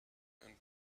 and